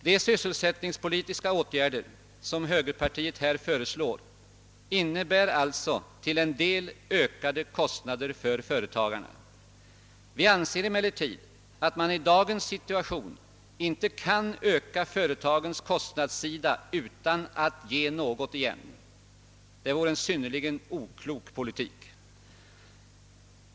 De sysselsättningspolitiska åtgärder som högerpartiet här föreslår innebär alltså till en del ökade kostnader för företagarna. Vi anser emellertid att man i dagens situation inte kan öka företagens kostnadssida utan att ge något igen. Det vore en synnerligen oklok politik.